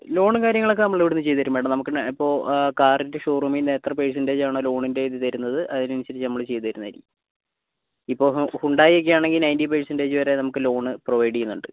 ലോണും കാര്യങ്ങളുമൊക്കേ നമ്മൾ ഇവിടുന്ന് ചെയ്തുതരും മാഡം നമുക്ക് ഇപ്പോൾ കാറിൻ്റെ ഷോറൂമിൽ നിന്ന് എത്ര പേഴ്സെൻൻറ്റേജ് ആണോ ലോണിൻ്റെ ഇത് തരുന്നത് അതിനനുസരിച്ചു നമ്മൾ ചെയ്തുതരുന്നതായിരിക്കും ഇപ്പോൾ ഹ്യുണ്ടായി ഒക്കെ ആണെങ്കിൽ നയൻറി പേഴ്സെൻറ്റേജ് വരെ നമുക്ക് ലോൺ പ്രൊവൈഡ് ചെയ്യുന്നുണ്ട്